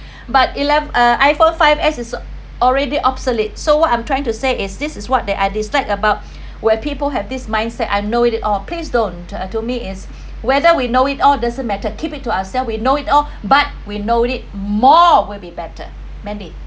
but elev~ uh I_phone five s it's already obsolete so what I'm trying to say is this is what that I dislike about where people have this mindset I know it all please don't err to me is whether we know it all doesn't matter keep it to ourselves we know it all but we know it more will be better mandy